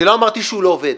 לא אמרתי שהוא לא עובד,